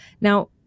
Now